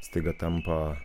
staiga tampa